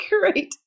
great